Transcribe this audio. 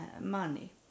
money